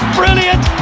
brilliant